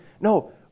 no